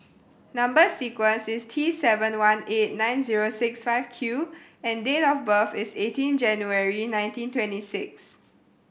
number sequence is T seven one eight nine zero six five Q and date of birth is eighteen January nineteen twenty six